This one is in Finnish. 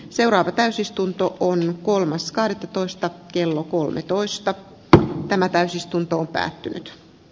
seuraava täysistunto on kolmas kahdettatoista kello kolmetoista kun todella tätä aloitetta